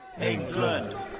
England